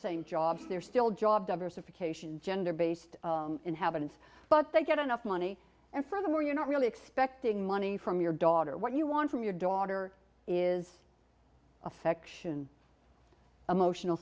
same jobs they're still job diversification gender based inhabitants but they get enough money and furthermore you're not really expecting money from your daughter what you want from your daughter is affection emotional